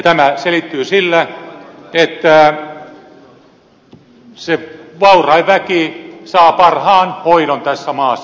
tämä selittyy sillä että se vaurain väki saa parhaan hoidon tässä maassa